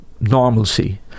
normalcy